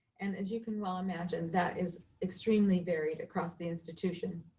and as you can well imagine, that is extremely varied across the institution.